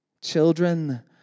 children